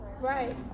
Right